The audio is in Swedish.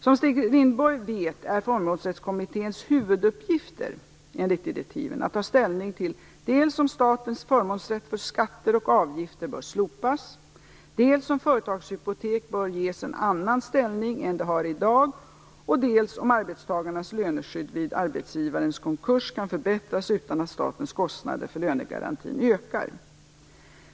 Som Stig Rindborg vet är Förmånsrättskommitténs huvuduppgifter enligt direktiven att ta ställning till dels om statens förmånsrätt för skatter och avgifter bör slopas, dels om företagshypotek bör ges en annan ställning än det har i dag och dels om arbetstagarnas löneskydd vid arbetsgivarens konkurs kan förbättras utan att statens kostnader för lönegarantin ökar.